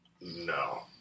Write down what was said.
No